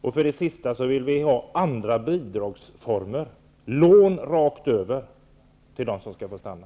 Och till sist: Vi vill ha andra bidragsformer, lån rakt över till dem som skall få stanna.